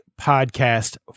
podcast